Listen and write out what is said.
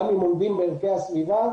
גם אם עומדים בערכי הסביבה,